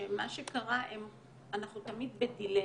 שמה שקרה, אנחנו תמיד בדיליי,